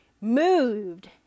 moved